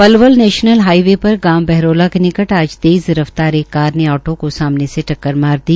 Palwal national highway way पर गांव बहरोला के निकट आज तेज़ रफ्तार एक कार ने आटो को सामने से टक्कर मार दी